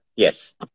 Yes